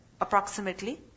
approximately